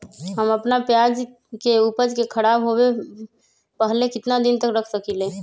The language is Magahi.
हम अपना प्याज के ऊपज के खराब होबे पहले कितना दिन तक रख सकीं ले?